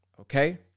Okay